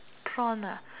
prawn ah